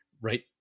right